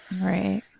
Right